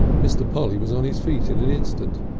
mr. polly was on his feet in an instant.